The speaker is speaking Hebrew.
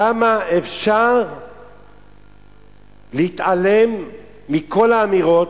כמה אפשר להתעלם מכל האמירות,